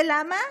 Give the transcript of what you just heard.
ולמה?